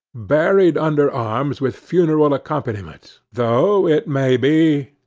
buried under arms with funeral accompaniment, though it may be,